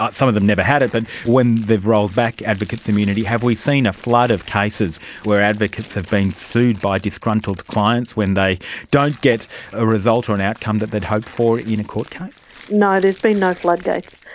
but some of them never had it, but when they have rolled back advocate's immunity have we seen a flood of cases where advocates have been sued by disgruntled clients when they don't get a result or an outcome that they'd hoped for in a court case. no, there's been no floodgates.